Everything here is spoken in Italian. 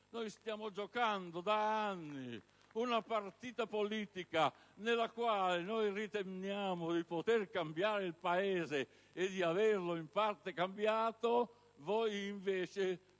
Stiamo giocando da anni una partita politica nella quale riteniamo di poter cambiare il Paese e di averlo in parte cambiato. Voi invece